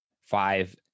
five